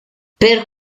per